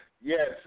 Yes